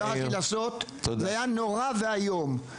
זה היה נורא ואיום.